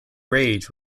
rage